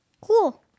Cool